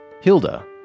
Hilda